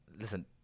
listen